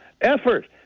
effort